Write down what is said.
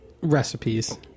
recipes